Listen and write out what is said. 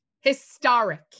historic